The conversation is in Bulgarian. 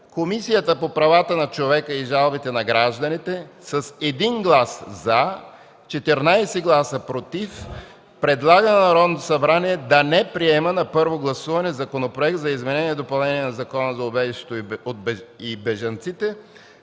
Комисията по правата на човека и жалбите на гражданите с 1 глас „за” и 14 гласа „против” предлага на Народното събрание да не приема на първо гласуване Законопроект за изменение и допълнение на Закона за убежището и бежанците,